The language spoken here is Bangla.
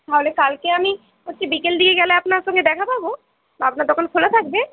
তাহলে কালকে আমি হচ্ছে বিকেল দিকে গেলে আপনার সঙ্গে দেখা পাবো বা আপনার দোকান খোলা থাকবে